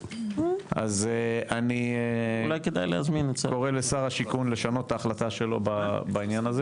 אז אני קורא לשר השיכון לשנות את ההחלטה שלו בעניין הזה